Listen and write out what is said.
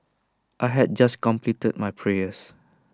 I had just completed my prayer